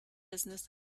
business